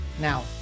Now